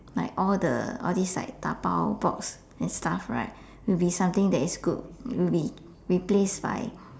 like all the all these like dabao box and stuff right will be something that is good will be replaced by